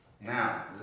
Now